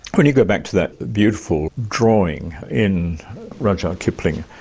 when you go back to that beautiful drawing in rudyard kipling,